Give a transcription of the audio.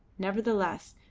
nevertheless,